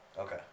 Okay